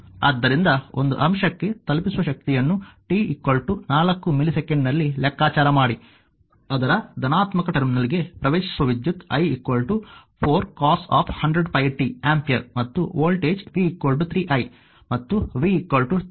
ಆದ್ದರಿಂದ ಒಂದು ಅಂಶಕ್ಕೆ ತಲುಪಿಸುವ ಶಕ್ತಿಯನ್ನು t 4 ಮಿಲಿಸೆಕೆಂಡ್ನಲ್ಲಿ ಲೆಕ್ಕಾಚಾರ ಮಾಡಿ ಅದರ ಧನಾತ್ಮಕ ಟರ್ಮಿನಲ್ಗೆ ಪ್ರವೇಶಿಸುವ ವಿದ್ಯುತ್ i 4 cos100πt ಆಂಪಿಯರ್ ಮತ್ತು ವೋಲ್ಟೇಜ್ v 3i ಮತ್ತು v 3 di dt ಆಗಿದ್ದರೆ